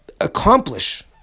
accomplish